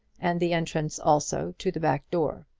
and the entrance also to the back door.